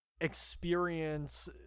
experience